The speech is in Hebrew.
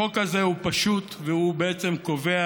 החוק הזה הוא פשוט, והוא בעצם קובע